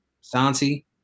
Santi